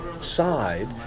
side